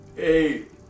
Eight